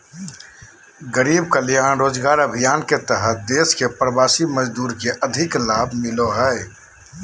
गरीब कल्याण रोजगार अभियान के तहत देश के प्रवासी मजदूर के अधिक लाभ मिलो हय